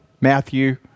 Matthew